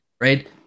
right